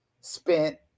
spent